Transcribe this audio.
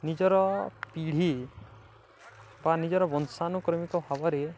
ନିଜର ପିଢ଼ି ବା ନିଜର ବଂଶାନୁକ୍ରମିକ ଭାବରେ